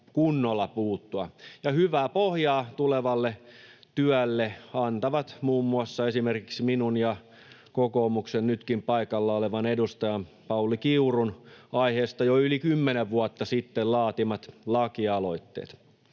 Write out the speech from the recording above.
kunnolla puuttua, ja hyvää pohjaa tulevalle työlle antavat esimerkiksi minun ja kokoomuksen nytkin paikalla olevan edustajan, Pauli Kiurun, aiheesta jo yli kymmenen vuotta sitten laatimat lakialoitteet.